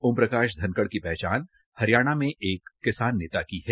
ओम प्रकाश धनखड़ की पहचान हरियाणा में एक किसान नेता की है